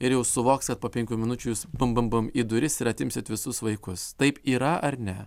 ir jau suvoks kad po penkių minučių jūs bam bam bam į duris ir atimsit visus vaikus taip yra ar ne